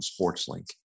SportsLink